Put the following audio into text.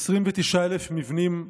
29,000 מבנים הרוסים,